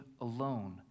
alone